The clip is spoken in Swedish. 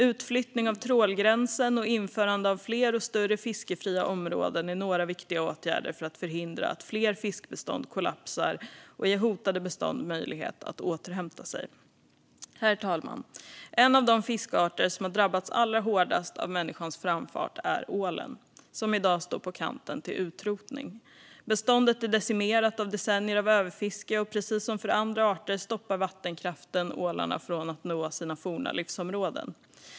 Utflyttning av trålgränsen och införande av fler och större fiskefria områden är några viktiga åtgärder för att förhindra att fler fiskbestånd kollapsar och för att ge hotade bestånd möjlighet att återhämta sig. Herr talman! En av de fiskarter som har drabbats allra hårdast av människans framfart är ålen, som i dag står på kanten till utrotning. Beståndet är decimerat av decennier av överfiske, och precis som för andra arter stoppar vattenkraften ålarna från att nå sina forna livsområden.